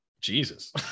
Jesus